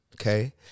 okay